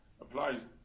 applies